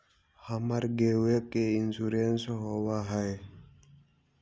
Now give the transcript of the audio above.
हमर गेयो के इंश्योरेंस होव है?